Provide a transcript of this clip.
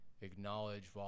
acknowledge